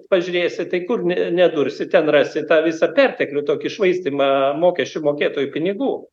pažiūrėsi tai kur ne ne dursi ten rasi tą visą perteklių tokį švaistymą mokesčių mokėtojų pinigų